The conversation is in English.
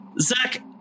zach